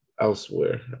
elsewhere